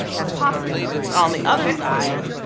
as possible. but on the other side,